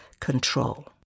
control